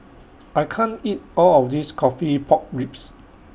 I can't eat All of This Coffee Pork Ribs